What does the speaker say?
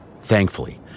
Thankfully